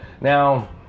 Now